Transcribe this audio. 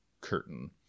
curtain